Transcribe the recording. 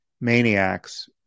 maniacs